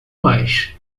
mais